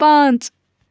پانٛژھ